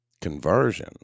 conversion